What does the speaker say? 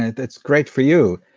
and that's great for you.